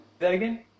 again